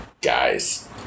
guys